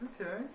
Okay